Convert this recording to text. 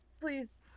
Please